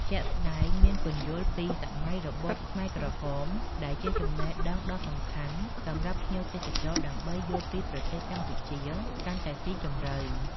ជាក់ស្តែកមានពន្យល់ពីសម័យរបបខ្មែរក្រហម ដែលជាចំណេះដឹងដ៏សំខាន់សម្រាប់ភ្ញៀវទេសចរដើម្បីយល់ពីប្រទេសកម្ពុជាកាន់តែស៊ីជម្រៅ។